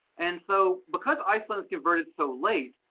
and so because iceland is converted so late,